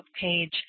page